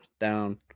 down